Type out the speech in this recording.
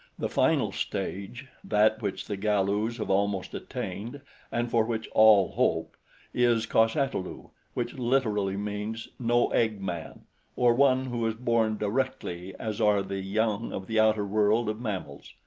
the final stage that which the galus have almost attained and for which all hope is cos-ata-lu, which literally, means no-egg-man, or one who is born directly as are the young of the outer world of mammals.